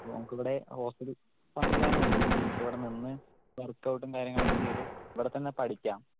അപ്പോൾ നമുക്ക് ഇവിടെ ഹോസ്റ്റൽ സംവിധാനം ഉണ്ട് നമുക്ക് ഇവിടെ നിന്ന് വർക്ക്ഔട്ടും കാര്യങ്ങളൊക്കെ ചെയ്ത് ഇവിടെ തന്നെ നിൽക്കാം